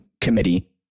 committee